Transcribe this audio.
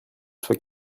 soit